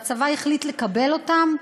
והצבא החליט לקבל אותם,